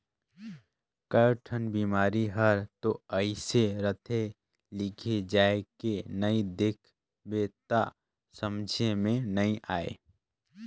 कयोठन बिमारी हर तो अइसे रहथे के लिघे जायके नई देख बे त समझे मे नई आये